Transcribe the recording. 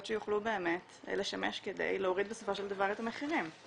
שיוכלו באמת לשמש כדי להוריד בסופו של דבר את המחירים.